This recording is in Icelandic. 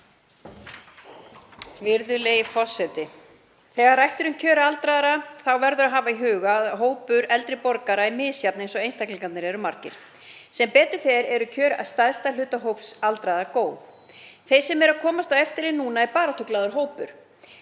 Virðulegi forseti. Þegar rætt er um kjör aldraðra verður að hafa í huga að hópur eldri borgara er misjafn eins og einstaklingarnir eru margir. Sem betur fer eru kjör stærsta hluta hóps aldraðra góð. Þeir sem eru að komast á eftirlaun núna eru baráttuglaður hópur,